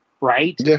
right